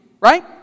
right